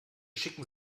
schicken